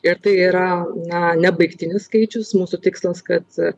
ir tai yra na nebaigtinis skaičius mūsų tikslas kad